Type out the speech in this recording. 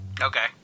Okay